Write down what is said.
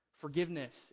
Forgiveness